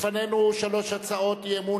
לפנינו שלוש הצעות אי-אמון.